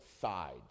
sides